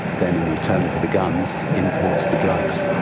then in return for the guns imports the drugs.